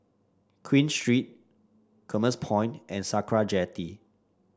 Queen Street Commerce Point and Sakra Jetty